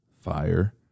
Fire